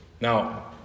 Now